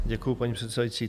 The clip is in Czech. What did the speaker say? Děkuju, paní předsedající.